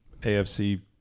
AFC